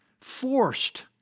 forced